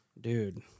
dude